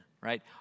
right